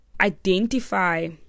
identify